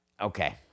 Okay